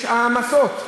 יש העמסות,